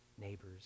neighbors